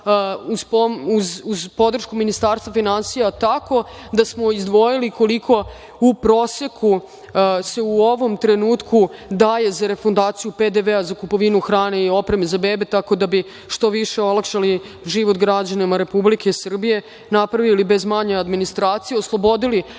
uz podršku Ministarstva finansija, tako da smo izdvojili koliko u proseku se u ovom trenutku daje za refundaciju PDV-a za kupovinu hrane i opreme za bebe, tako da bi što više olakšali život građanima Republike Srbije, napravili manju administraciju, oslobodili